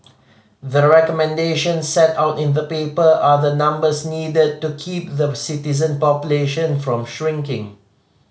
the recommendations set out in the paper are the numbers needed to keep the citizen population from shrinking